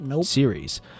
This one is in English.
series